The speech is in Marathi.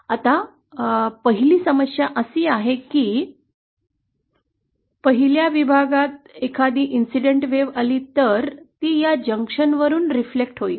आता पहिली समस्या अशी आहे की समजा पहिल्या विभागात एखादी आनुषंगिक लाट आली तर ती या जंक्शनवरून प्रतिबिंबित होईल